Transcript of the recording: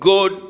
God